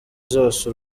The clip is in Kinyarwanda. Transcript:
zose